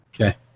Okay